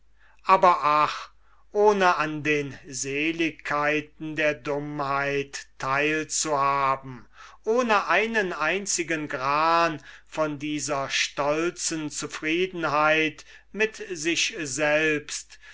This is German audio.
aber ach ohne an den seligkeiten der dummheit teil zu haben ohne einen einzigen gran von dieser stolzen zufriedenheit mit sich selbst